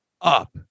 up